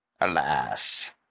Alas